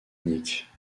unique